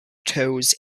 toes